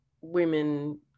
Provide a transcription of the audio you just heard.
women